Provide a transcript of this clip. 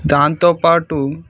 దాంతో పాటు